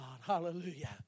Hallelujah